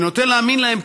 אני נוטה להאמין להם,